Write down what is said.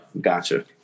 gotcha